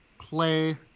play